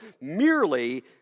merely